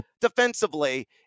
defensively